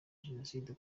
jenoside